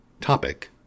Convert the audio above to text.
topic